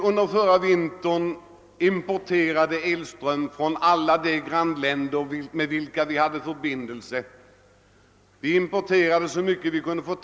Under förra vintern importerade vi elström från alla de grannländer med vilka vi har kabelförbindelse. Vi importerade så mycket vi kunde få.